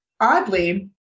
oddly